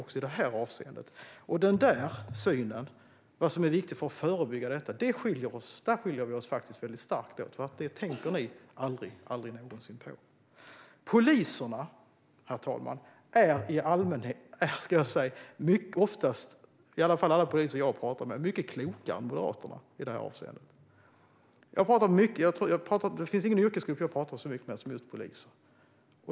I synen på vad som är viktigt för att förebygga denna situation skiljer vi oss starkt åt. Det tänker ni aldrig någonsin på. Herr talman! Poliserna - i alla fall de poliser jag har pratat med - är oftast mycket klokare än Moderaterna i det här avseendet. Det finns ingen yrkesgrupp som jag pratar så mycket med som just poliser.